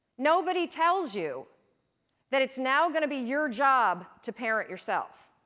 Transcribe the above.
nobody tells you that it's now going to be your job to parent yourself.